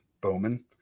bowman